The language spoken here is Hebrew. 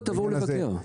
קודם כול תבואו לבקר.